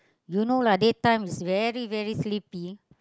you know lah day time is very very sleepy